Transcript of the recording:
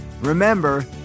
Remember